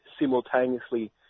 simultaneously